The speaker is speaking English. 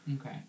Okay